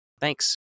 Thanks